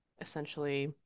essentially